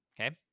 Okay